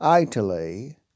Italy